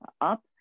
up